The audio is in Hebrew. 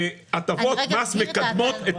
הטבות מס מקדמות את